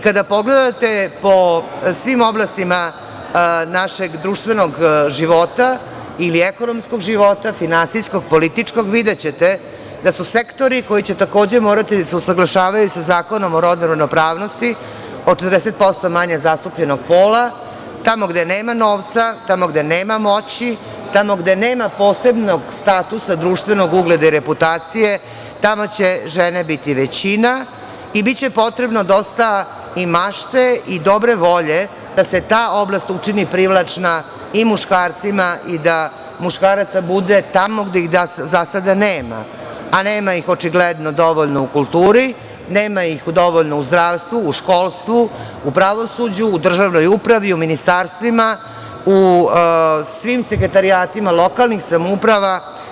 Kada pogledate po svim oblastima našeg društvenog života ili ekonomskog života, finansijskog, političkog, videćete da su sektori koji će, takođe, morati da se usaglašavaju sa Zakonom o rodnoj ravnopravnosti o 40% manje zastupljenog pola, tamo gde nema novca, tamo gde nema moći, tamo gde nema posebnog statusa društvenog, ugleda, reputacije, tamo će žene biti većina i biće potrebno i dosta mašte i dobre volje da se ta oblast učini privlačnom i muškarcima i da muškaraca bude tamo gde ih za sada nema, a nema ih očigledno dovoljno u kulturi, nema ih dovoljno u zdravstvu, u školstvu, u pravosuđu, u državnoj upravi, u ministarstvima, u svim sekretarijatima lokalnih samouprava.